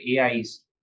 AIs